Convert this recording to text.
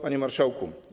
Panie Marszałku!